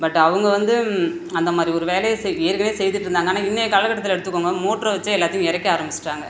but அவங்க வந்து அந்த மாதிரி ஒரு வேலையை செய் ஏற்கனேவே செய்துகிட்ருந்தாங்கன்னா இன்றைய காலகட்டத்தில் எடுத்துக்கோங்க மோட்டரு வச்சே எல்லாத்தையும் இறைக்க ஆரமிச்சிட்டாங்க